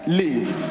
leave